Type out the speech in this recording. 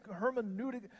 hermeneutic